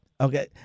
Okay